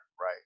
right